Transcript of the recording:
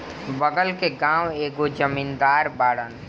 बगल के गाँव के एगो जमींदार बाड़न